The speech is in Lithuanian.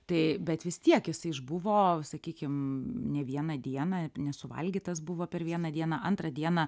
tai bet vis tiek jisai išbuvo sakykim ne vieną dieną ir nesuvalgytas buvo per vieną dieną antrą dieną